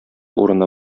урыны